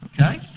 Okay